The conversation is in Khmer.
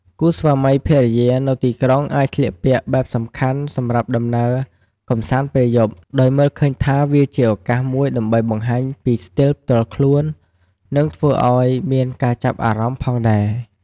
គូស្វាមីភរិយានៅទីក្រុងអាចស្លៀកពាក់បែបសំខាន់សម្រាប់ដំណើរកម្សាន្តពេលយប់ ដោយមើលឃើញថាវាជាឱកាសមួយដើម្បីបង្ហាញពីស្ទីលផ្ទាល់ខ្លួន និងធ្វើឱ្យមានការចាប់អារម្មណ៍ផងដែរ។